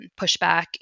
pushback